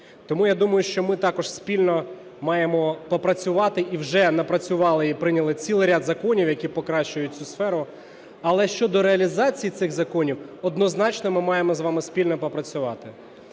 Тому я думаю, що ми також спільно маємо попрацювати, і вже напрацювали, і прийняли цілий ряд законів, які покращують цю сферу. Але щодо реалізації цих законів однозначно ми маємо з вами спільно попрацювати.